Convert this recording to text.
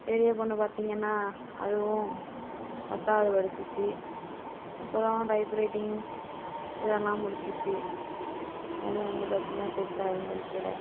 பெரிய பெண்ணு பார்த்திங்கன்னா அதுவும் பத்தாவது படிச்சிச்சு அப்பறம் டைப்ரைட்டிங் இதெல்லாம் முடிச்சிச்சு அது வந்து பார்த்திங்கன்னா பெருசாக எதுவும் படிக்கலை